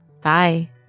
Bye